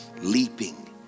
leaping